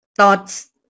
thoughts